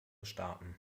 staaten